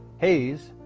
hayes,